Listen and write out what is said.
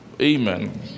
Amen